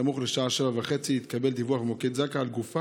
סמוך לשעה 19:30 התקבל דיווח במוקד זק"א על גופה